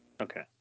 Okay